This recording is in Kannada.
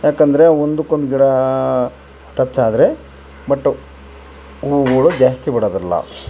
ಯಾಕಂದರೆ ಒಂದುಕೊಂದು ಗಿಡಾ ಟಚ್ ಆದರೆ ಬಟ್ ಹೂಗಳು ಜಾಸ್ತಿ ಬಿಡೋದಿಲ್ಲ